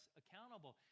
accountable